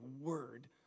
word